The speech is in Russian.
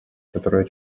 которое